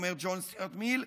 אומר ג'ון סטיוארט מיל,